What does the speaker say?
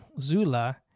Zula